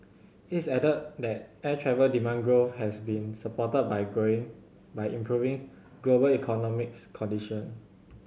it's added that air travel demand growth has been supported by growing by improving global economics condition